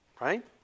Right